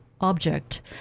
object